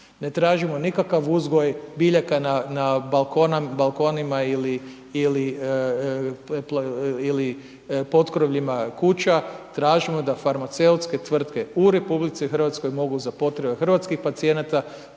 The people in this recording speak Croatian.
Ne tražimo nikakav uzgoj biljaka na balkonima ili potkrovljima kuća, tražimo da farmaceutske tvrtke u Republici Hrvatskoj mogu za potrebe hrvatskih pacijenata